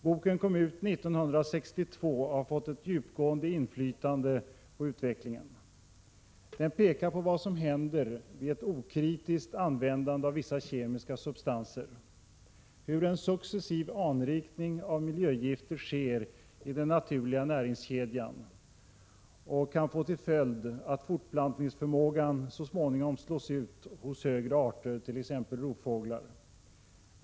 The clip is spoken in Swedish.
Boken kom ut 1962 och har fått ett djupgående inflytande på utvecklingen. Den pekar på vad som händer vid ett okritiskt användande av vissa kemiska substanser. I boken beskrivs hur en successiv anrikning av miljögifter sker i den naturliga näringskedjan, vilket kan få till följd att fortplantningsförmågan så småningom slås ut hos högre arter, t.ex. rovfåglar.